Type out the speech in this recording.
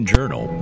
Journal